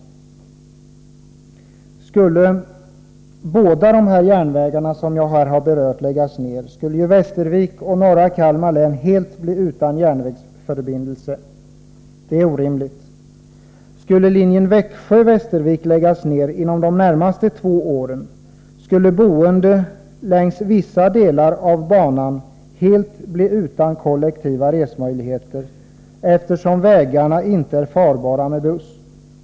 Skulle båda de järnvägar som jag här berört läggas ned, skulle Västervik och norra Kalmar län bli helt utan järnvägsförbindelser. Det är orimligt. Skulle linjen Växjö-Västervik läggas ned inom de närmaste två åren, skulle boende längs vissa delar av banan bli helt utan kollektiva resemöjligheter, eftersom vägarna inte är farbara med buss.